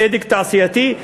צדק תעשייתי,